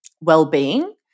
well-being